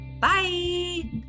Bye